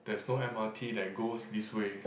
there's no M_R_T that goes this way